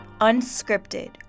Unscripted